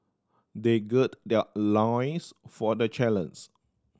they gird their loins for the